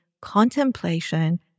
contemplation